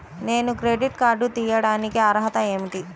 నేను credit card తీయడానికి అర్హత ఏమిటి?